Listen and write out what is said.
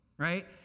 right